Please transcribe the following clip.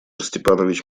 степанович